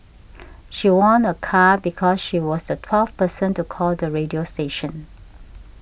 she won a car because she was a twelfth person to call the radio station